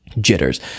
jitters